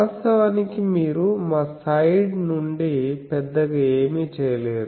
వాస్తవానికి మీరు మా సైడ్ నుండి పెద్దగా ఏమీ చేయలేరు